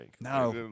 No